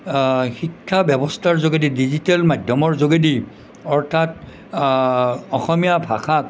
শিক্ষা ব্যৱস্থাৰ যোগেদি ডিজিটেল মাধ্যমৰ যোগেদি অৰ্থাৎ অসমীয়া ভাষাক